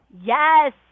Yes